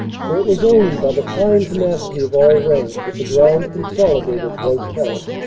for it was only by the fine tenacity of all ranks that the ground consolidated was held.